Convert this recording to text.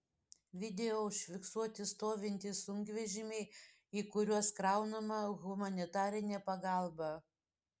video užfiksuoti stovintys sunkvežimiai į kuriuos kraunama humanitarinė pagalba